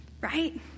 right